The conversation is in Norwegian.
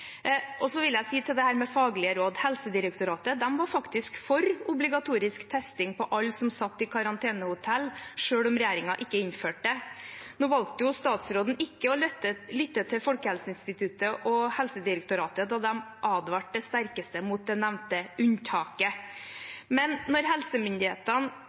Så vil jeg si til dette med faglige råd: Helsedirektoratet var faktisk for obligatorisk testing av alle som satt i karantenehotell, selv om regjeringen ikke innførte det. Nå valgte statsråden ikke å lytte til Folkehelseinstituttet og Helsedirektoratet da de på det sterkeste advarte mot det nevnte unntaket. Men når helsemyndighetene